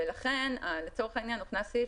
ולכן הוכנס סעיף